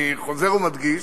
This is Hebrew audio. אני חוזר ומדגיש: